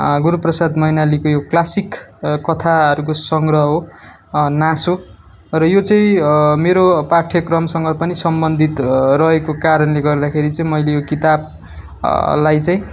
गुरूप्रसाद मैनालीको यो क्लासिक कथाहरूको सङग्रह हो नासो र यो चाहिँ मेरो पाठ्यक्रमसँग पनि सम्बन्धित रहेको कगरणले गर्दाखेरि चाहिँ मैले यो किताबलाई चाहिँ